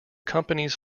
companies